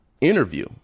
interview